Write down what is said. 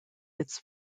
its